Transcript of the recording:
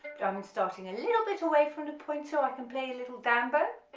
i'm and starting a little bit away from the point so i can play a little down but